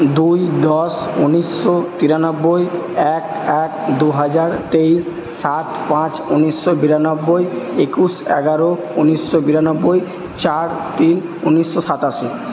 দুই দশ উনিশশো তিরানব্বই এক এক দু হাজার তেইশ সাত পাঁচ উনিশশো বিরানব্বই একুশ এগারো উনিশশো বিরানব্বই চার তিন উনিশশো সাতাশি